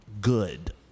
good